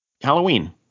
Halloween